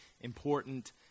important